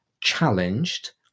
challenged